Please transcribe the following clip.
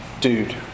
dude